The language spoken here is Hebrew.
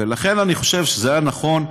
ולכן אני חושב שזה היה נכון.